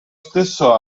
stesso